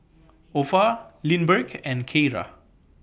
Opha Lindbergh and Kiera